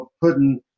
putting